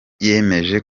yemeje